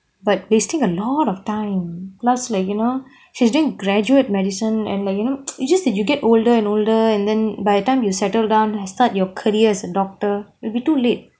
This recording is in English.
but wasting a lot of time plus like you know she's doing graduate medicine and like you know you just said you get older and older and then by the time you settle down I start your career as a doctor will be too late